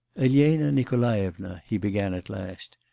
elena nikolaevna he began at last,